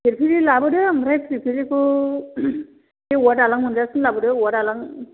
फिरफिलि लाबोदो ओमफ्राय फिरफिलिखौ बे औवा दालां मोनजासिम लाबोदो औवा दालां